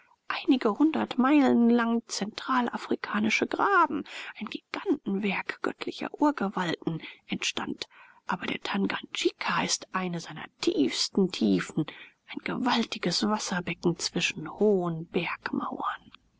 einige hundert meilen lange zentralafrikanische graben ein gigantenwerk göttlicher urgewalten entstand aber der tanganjika ist eine seiner tiefsten tiefen ein gewaltiges wasserbecken zwischen hohen